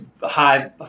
high